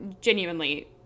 genuinely